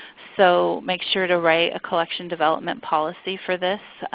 so make sure to write a collection development policy for this.